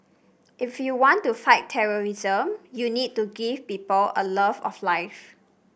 if you want to fight terrorism you need to give people a love of life